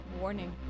Warning